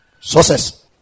Success